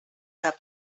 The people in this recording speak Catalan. cap